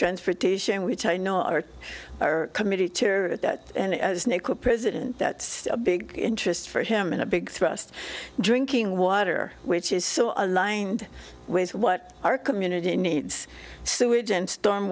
transportation which i know are our committee chair at that and president that's a big interest for him in a big thrust drinking water which is so aligned with what our community needs sewage and storm